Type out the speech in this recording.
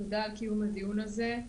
תודה על קיום הדיון הזה.